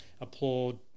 applaud